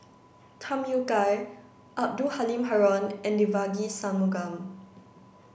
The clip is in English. Tham Yui Kai Abdul Halim Haron and Devagi Sanmugam